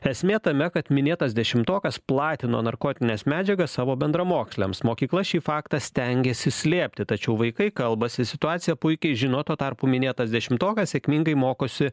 esmė tame kad minėtas dešimtokas platino narkotines medžiagas savo bendramoksliams mokykla šį faktą stengėsi slėpti tačiau vaikai kalbasi situaciją puikiai žino tuo tarpu minėtas dešimtokas sėkmingai mokosi